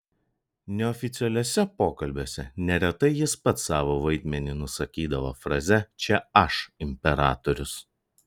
neoficialiuose pokalbiuose neretai jis pats savo vaidmenį nusakydavo fraze čia aš imperatorius